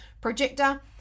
projector